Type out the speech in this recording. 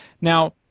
Now